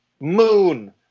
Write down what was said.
Moon